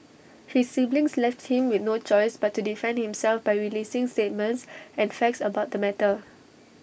his siblings left him with no choice but to defend himself by releasing statements and facts about the matter